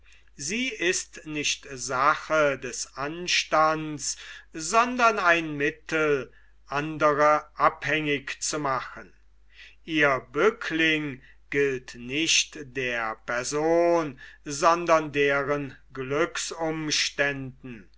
sie ist nicht sache des anstands sondern ein mittel andre abhängig zu machen ihr bückling gilt nicht der person sondern deren glücksumständen